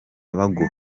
baguha